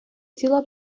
ціла